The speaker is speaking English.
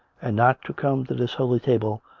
and not to come to this holy table,